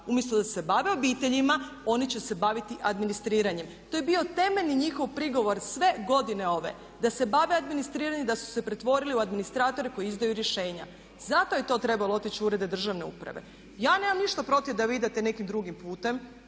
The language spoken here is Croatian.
umjesto da se bave obiteljima oni će se baviti administriranjem. To je bio temeljni njihov prigovor sve ove godine da se bave administriranjem, da su se pretvorili u administratore koji izdaju rješenja. Zato je to trebalo otići u urede državne uprave. Ja nemam ništa protiv da vi idete nekim drugim putem,